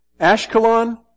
Ashkelon